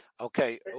Okay